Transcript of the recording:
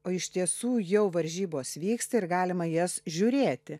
o iš tiesų jau varžybos vyksta ir galima jas žiūrėti